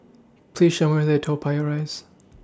Please Show Me The Way Toa Payoh Rise